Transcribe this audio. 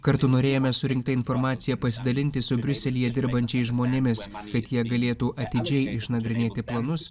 kartu norėjome surinkta informacija pasidalinti su briuselyje dirbančiais žmonėmis kad jie galėtų atidžiai išnagrinėti planus